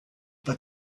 but